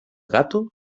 gato